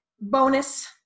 bonus